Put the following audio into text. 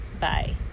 Bye